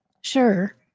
Sure